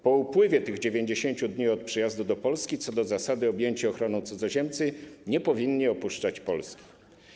Po upływie tych 90 dni od przyjazdu do Polski, co do zasady, objęci ochroną cudzoziemcy nie powinni opuszczać Polski.